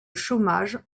chômage